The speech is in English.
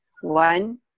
one